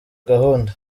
gahunda